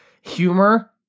humor